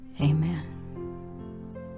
Amen